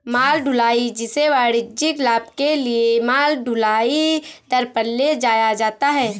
माल ढुलाई, जिसे वाणिज्यिक लाभ के लिए माल ढुलाई दर पर ले जाया जाता है